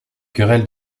querelles